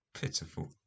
pitiful